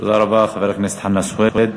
תודה רבה, חבר הכנסת חנא סוייד.